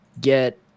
get